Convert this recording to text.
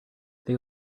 they